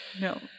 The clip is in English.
no